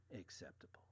acceptable